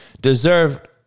deserved